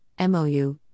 MOU